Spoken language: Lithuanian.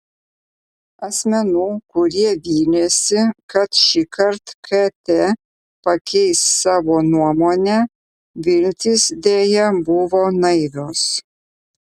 asmenų kurie vylėsi kad šįkart kt pakeis savo nuomonę viltys deja buvo naivios